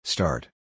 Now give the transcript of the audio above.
Start